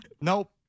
Nope